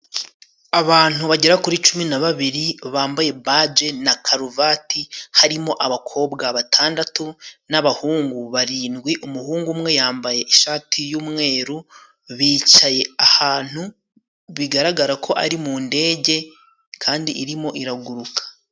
Abantu bagera kuri cumi na babiri bambaye baje na karuvati, harimo abakobwa batandatu n'abahungu barindwi, umuhungu umwe yambaye ishati y'umweru, bicaye ahantu bigaragara ko ari mu ndege kandi irimo iraguruka.